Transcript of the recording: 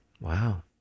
wow